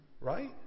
Right